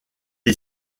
est